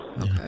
okay